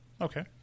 Okay